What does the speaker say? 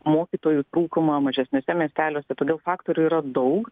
mokytojų trūkumą mažesniuose miesteliuose todėl faktorių yra daug